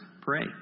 pray